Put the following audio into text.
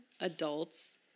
adults